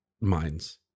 minds